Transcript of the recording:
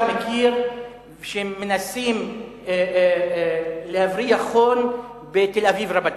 יותר מהחבר'ה שאתה מכיר שמנסים להבריח הון בתל-אביב רבתי.